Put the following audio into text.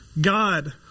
God